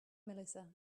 melissa